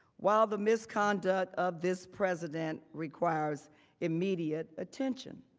while the misconduct of this president requires immediate attention.